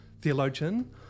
theologian